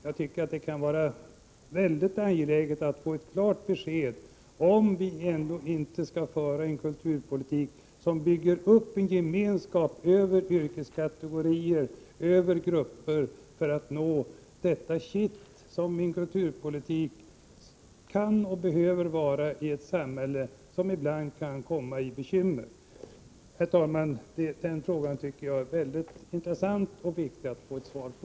Jag tycker att det är mycket angeläget att vi får ett klart besked om huruvida vi ändå inte skall föra en kulturpolitik där en gemenskap byggs upp över yrkeskategorier och över olika grupper, för att man skall uppnå målet att kulturpolitiken blir det kitt som en kulturpolitik kan och behöver vara i ett samhälle som ibland kan råka i bekymmer. Herr talman! Denna fråga tycker jag är mycket intressant och viktig att få ett svar på.